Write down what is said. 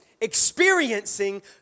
experiencing